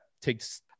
takes